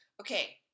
Okay